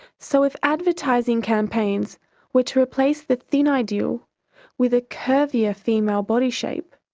so if advertising campaigns were to replace the thin ideal with a curvier female body shape,